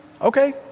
okay